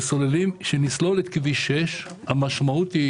כשנסלול את כביש 6, המשמעות היא